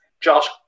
Josh